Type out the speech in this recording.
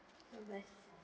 bye bye